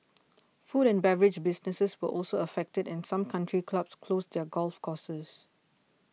food and beverage businesses were also affected and some country clubs closed their golf courses